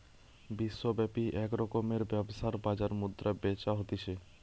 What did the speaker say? বিশ্বব্যাপী এক রকমের ব্যবসার বাজার মুদ্রা বেচা হতিছে